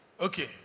Okay